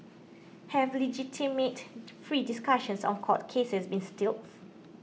have legitimate free discussions on court cases been stifled